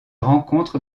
rencontre